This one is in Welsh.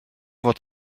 fod